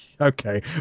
okay